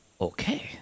Okay